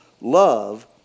love